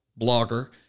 blogger